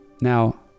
Now